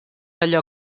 allò